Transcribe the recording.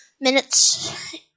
minutes